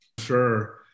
Sure